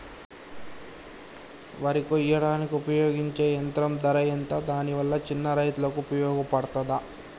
వరి కొయ్యడానికి ఉపయోగించే యంత్రం ధర ఎంత దాని వల్ల చిన్న రైతులకు ఉపయోగపడుతదా?